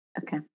Okay